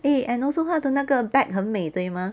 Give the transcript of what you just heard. eh and also 它的那个 bag 很美对吗